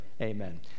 amen